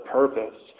purpose